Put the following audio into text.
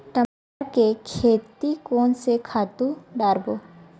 टमाटर के खेती कोन से खातु डारबो?